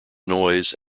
noise